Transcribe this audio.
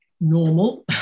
normal